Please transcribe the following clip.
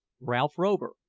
ralph rover,